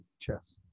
chess